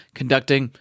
conducting